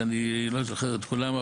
שאני לא זוכר את כולם,